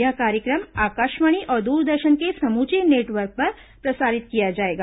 यह कार्य क्र म आकाशवाणी और द्रदर्शन के समुचे नेटवर्क पर प्रसारित किया जाएगा